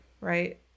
right